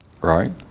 Right